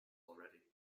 already